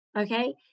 okay